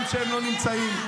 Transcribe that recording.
גם שהם לא נמצאים,